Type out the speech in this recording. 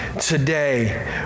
today